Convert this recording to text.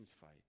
fight